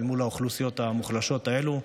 מול האוכלוסיות המוחלשות האלה.